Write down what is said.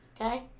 Okay